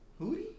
Hootie